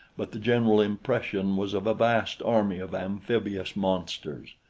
but the general impression was of a vast army of amphibious monsters.